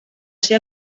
ser